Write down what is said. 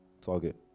target